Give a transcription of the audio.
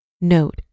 Note